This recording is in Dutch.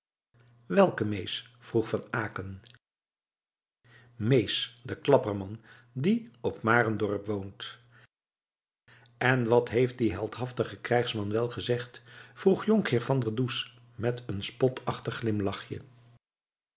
welke mees vroeg van aecken mees de klapperman die op marendorp woont en wat heeft die heldhaftige krijgsman wel gezegd vroeg jonkheer van der does met een spotachtig glimlachje